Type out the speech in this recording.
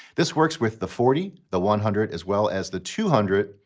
this works with the forty, the one hundred, as well as the two hundred.